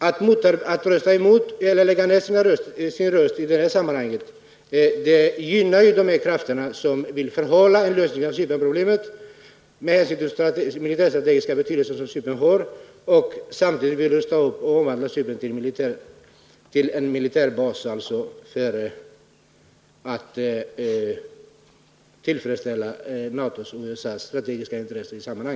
Att lägga ned sin röst i detta sammanhang gynnar ju de krafter som vill förhala en lösning av Cypernproblemet, med hänsyn till den militärstrategiska betydelse som Cypern har, och som samtidigt vill rusta upp och omvandla Cypern till en militärbas för att tillfredsställa NATO:s och USA:s strategiska intressen.